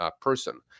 person